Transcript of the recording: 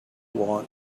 want